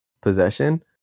possession